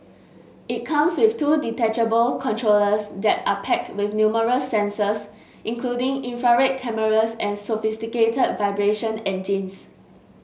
it comes with two detachable controllers that are packed with numerous sensors including infrared cameras and sophisticated vibration engines